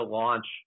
launch